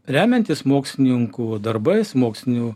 remiantis mokslininkų darbais mokslinių